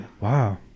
Wow